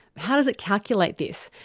how does it calculate this?